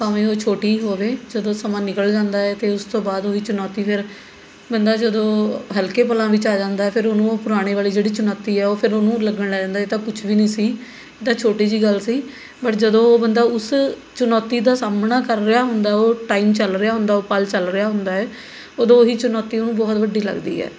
ਭਾਵੇਂ ਉਹ ਛੋਟੀ ਹੀ ਹੋਵੇ ਜਦੋਂ ਸਮਾਂ ਨਿਕਲ ਜਾਂਦਾ ਹੈ ਅਤੇ ਉਸ ਤੋਂ ਬਾਅਦ ਉਹ ਹੀ ਚੁਣੌਤੀ ਫਿਰ ਬੰਦਾ ਜਦੋਂ ਹਲਕੇ ਪਲਾਂ ਵਿੱਚ ਆ ਜਾਂਦਾ ਹੈ ਫਿਰ ਉਹਨੂੰ ਉਹ ਪੁਰਾਣੇ ਵਾਲੀ ਜਿਹੜੀ ਚੁਣੌਤੀ ਹੈ ਉਹ ਫਿਰ ਉਹਨੂੰ ਲੱਗਣ ਲੱਗ ਜਾਂਦਾ ਇਹ ਤਾਂ ਕੁੱਛ ਵੀ ਨਹੀਂ ਸੀ ਇਹ ਤਾਂ ਛੋਟੀ ਜਿਹੀ ਗੱਲ ਸੀ ਪਰ ਜਦੋਂ ਉਹ ਬੰਦਾ ਉਸ ਚੁਣੌਤੀ ਦਾ ਸਾਹਮਣਾ ਕਰ ਰਿਹਾ ਹੁੰਦਾ ਉਹ ਟਾਈਮ ਚੱਲ ਰਿਹਾ ਹੁੰਦਾ ਉਹ ਪਲ ਚੱਲ ਰਿਹਾ ਹੁੰਦਾ ਹੈ ਉਦੋਂ ਉਹ ਹੀ ਚੁਣੌਤੀ ਉਹਨੂੰ ਬਹੁਤ ਵੱਡੀ ਲੱਗਦੀ ਹੈ